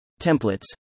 Templates